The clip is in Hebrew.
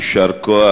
יישר כוח,